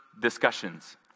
discussions